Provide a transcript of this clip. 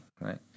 right